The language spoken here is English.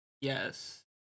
Yes